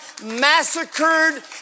massacred